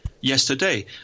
yesterday